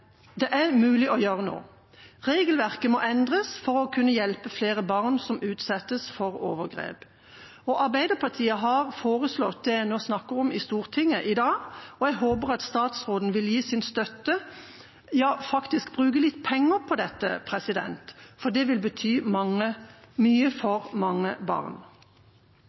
Det er mulig å gjøre noe. Regelverket må endres for å kunne hjelpe flere barn som utsettes for overgrep. Arbeiderpartiet har foreslått det jeg nå snakker om, i Stortinget i dag, og jeg håper at statsråden vil gi sin støtte til – ja, faktisk bruke litt penger på – dette. Det vil bety mye for mange barn.